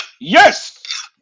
Yes